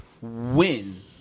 win